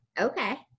Okay